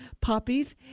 poppies